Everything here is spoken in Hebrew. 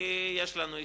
כי יש לנו הסתייגויות,